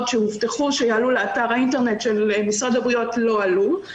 שהובטח שיעלו לאתר האינטרנט של משרד הבריאות לא עלו.